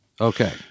Okay